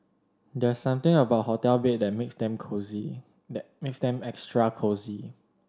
there's something about hotel bed that makes them cosy that makes them extra cosy